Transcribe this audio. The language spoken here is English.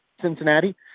Cincinnati